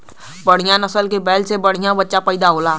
बढ़िया नसल के बैल से बढ़िया बच्चा पइदा होला